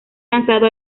lanzado